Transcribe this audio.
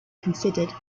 considered